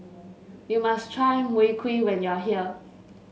you must try Mui Kee when you are here